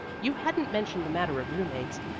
you hadn't mentioned the matter of roommates,